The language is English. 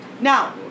Now